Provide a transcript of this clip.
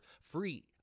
free